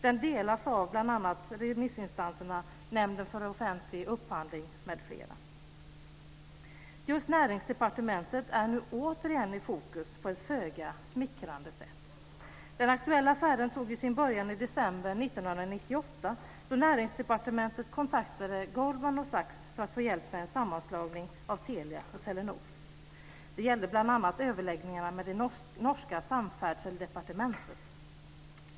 Den delas av bl.a. remissinstanserna - Nämnden för offentlig upphandling m.fl. Just Näringsdepartementet är nu återigen i fokus på ett föga smickrande sätt. Den aktuella affären tog sin början i december 1998, då Näringsdepartementet kontaktade Goldman Sachs för att få hjälp med en sammanslagning av Telia och Telenor. Det gällde bl.a. överläggningarna mellan det norska samferdselsdepartementet.